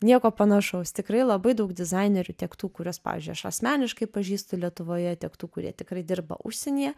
nieko panašaus tikrai labai daug dizainerių tiek tų kuriuos pavyzdžiui aš asmeniškai pažįstu lietuvoje tiek tų kurie tikrai dirba užsienyje